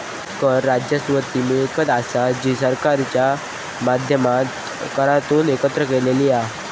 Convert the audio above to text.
कर राजस्व ती मिळकत असा जी सरकारच्या माध्यमातना करांतून एकत्र केलेली हा